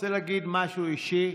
אני רוצה להגיד משהו אישי.